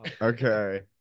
okay